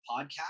podcast